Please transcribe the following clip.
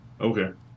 Okay